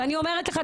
אני אומרת לך,